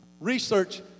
Research